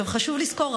חשוב לזכור,